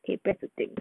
K press the tape